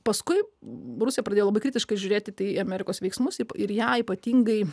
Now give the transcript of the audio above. paskui rusija pradėjo labai kritiškai žiūrėti į amerikos veiksmus ir jei ypatingai